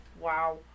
Wow